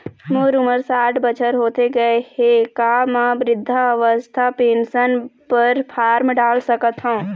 मोर उमर साठ बछर होथे गए हे का म वृद्धावस्था पेंशन पर फार्म डाल सकत हंव?